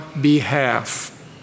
behalf